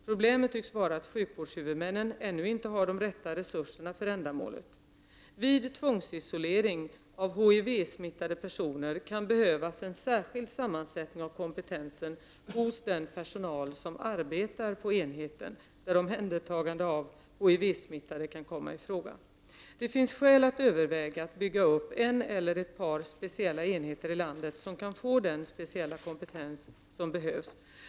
Problemet tycks vara att sjukvårdshuvudmännen ännu inte har de rätta resurserna för ändamålet. Vid tvångsisolering av HIV-smittade personer kan behövas en särskild sammansättning av kompetensen hos den personal som arbetar på enheten, där omhändertagande av HIV-smittade kan komma i fråga. Det finns skäl att överväga att bygga upp en eller ett par speciella enheter i landet, som kan få den speciella kompetens som behövs.